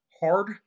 hard